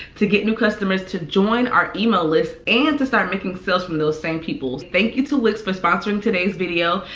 to get new customers to join our email list and to start making sales from those same people. thank you to wix for sponsoring today's video.